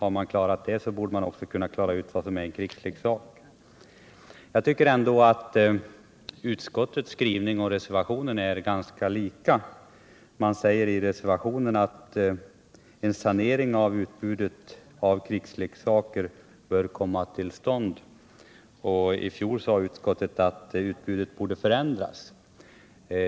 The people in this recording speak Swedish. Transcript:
Om man klarat det, då borde det i inte vara svårt att avgöra vad som är krigsleksaker. Utskottets skrivning och reservationen är enligt min mening ganska likalydande. Man säger i reservationen att en sanering av utbudet av krigsleksaker bör komma till stånd. I fjol sade utskottet att utbudet borde förändras.